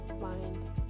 mind